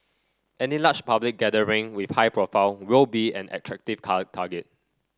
any large public gathering with high profile will be an attractive target